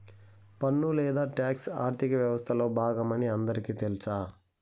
పన్ను లేదా టాక్స్ ఆర్థిక వ్యవస్తలో బాగమని అందరికీ తెల్స